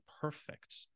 perfect